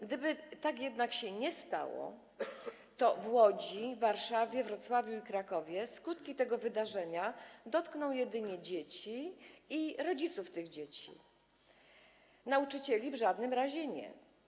Gdyby tak jednak się nie stało, to w Łodzi, Warszawie, Wrocławiu i Krakowie skutki tego wydarzenia dotkną jedynie dzieci i rodziców tych dzieci, nauczycieli w żadnym razie nie.